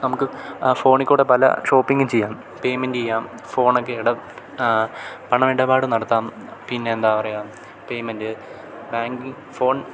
നമുക്ക് ആ ഫോണില്ക്കൂടെ പല ഷോപ്പിങ്ങും ചെയ്യാം പേയ്മെൻറ്റ് ചെയ്യാം പണമിടപാട് നടത്താം പിന്നെ എന്താണ് പറയുക പേയ്മെൻറ്റ് ബാങ്കിങ്